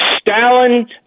Stalin